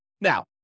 Now